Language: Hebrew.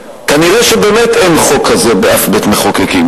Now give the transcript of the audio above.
שכנראה באמת אין חוק כזה באף בית-מחוקקים,